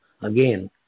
again